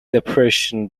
depression